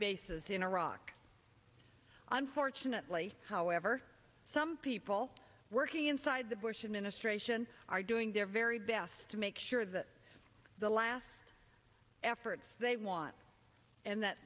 bases in iraq unfortunately however some people working inside the bush administration are doing their very best to make sure that the last efforts they want and that